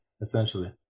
essentially